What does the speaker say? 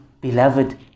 beloved